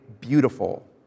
Beautiful